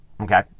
Okay